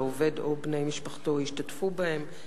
שהעובד או בני משפחתו ישתתפו בהם,